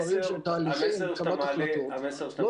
דברים של תהליכים -- המסר שאתה מעלה ----- קבלת החלטות,